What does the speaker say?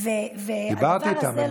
והדבר הזה,